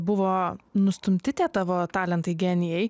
buvo nustumti tie tavo talentai genijai